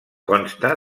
consta